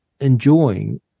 enjoying